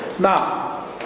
now